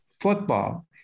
football